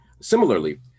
Similarly